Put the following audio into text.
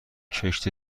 کشت